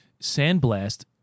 Sandblast